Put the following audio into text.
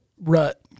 rut